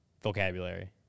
vocabulary